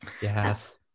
Yes